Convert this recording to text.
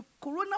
corona